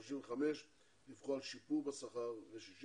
כ-35 אחוזים דיווחו על שיפור בשכר ו-65